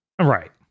right